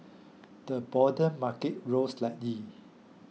the broader market rose slightly